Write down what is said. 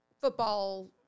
football